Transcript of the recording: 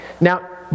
Now